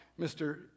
Mr